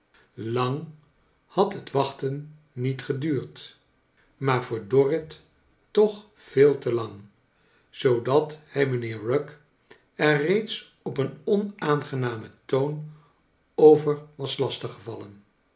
lang had het wachten niet geduurd maar voor dorrit toch veel te lang zoodat hij mijnheer rugg er reeds op een onaangenamen toon over was